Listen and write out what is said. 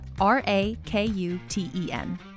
R-A-K-U-T-E-N